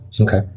Okay